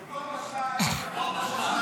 עוד לא בשלה העת.